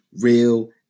real